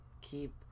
keep